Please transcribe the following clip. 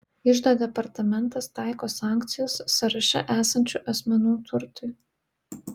iždo departamentas taiko sankcijas sąraše esančių asmenų turtui